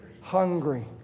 hungry